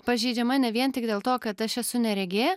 pažeidžiama ne vien tik dėl to kad aš esu neregė